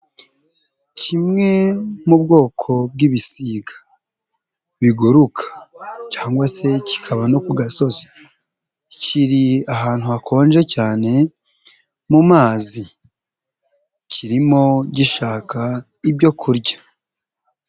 Kimwe mu bwoko bw'ibisiga biguruka cyangwa se kikaba no ku gasozi, kiri ahantu hakonje cyane mu mazi kirimo gishaka ibyo kurya.